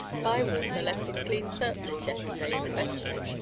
bywater left his clean surplice yesterday in the vestry,